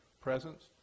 presence